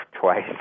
twice